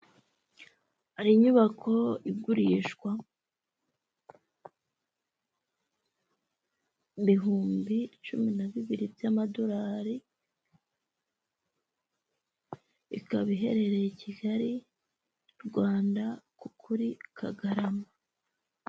Hari inyubako igurishwa ibihumbi cumi na bibiri by'amadorari, ikaba iherereye i kigali, Rwanda kuri kagarama.